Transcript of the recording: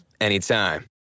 anytime